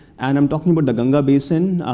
and i'm talking about the ganga basin.